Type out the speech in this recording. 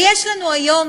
ויש לנו היום